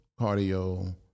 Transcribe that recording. cardio